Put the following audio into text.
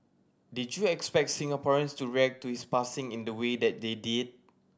did you expect Singaporeans to react to his passing in the way that they did